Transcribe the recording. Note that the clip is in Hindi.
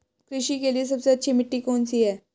कृषि के लिए सबसे अच्छी मिट्टी कौन सी है?